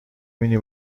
بینی